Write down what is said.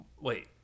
Wait